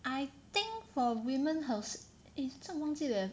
I think for women 好 eh 真的忘记了 leh